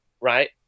right